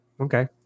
Okay